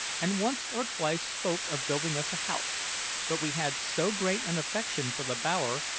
and once or twice spoke of building us a house but we had so great an affection for the bower,